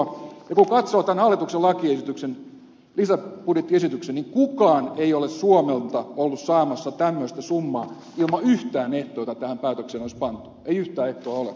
kun katsoo tämän hallituksen lisäbudjettiesityksen niin kukaan ei ole suomelta ollut saamassa tämmöistä summaa ilman yhtään ehtoa mutta tähän päätökseen ei ole ehtoja pantu ei yhtään ehtoa ole